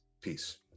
Peace